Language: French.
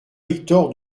victor